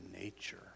nature